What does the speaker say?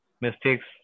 mistakes